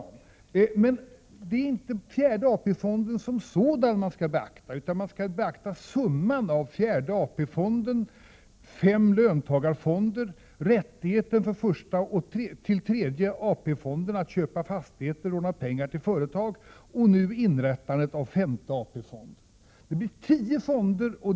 Men det är inte fjärde AP-fonden som sådan man skall beakta, utan man måste beakta summan av fjärde AP-fonden, fem löntagarfonder, rättigheter för första och tredje AP-fonden att köpa fastigheter och låna pengar till företag och nu inrättandet av femte AP-fonden. Det är tio fonder.